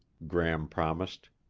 gram promised.